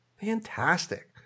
fantastic